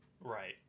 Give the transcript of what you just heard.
Right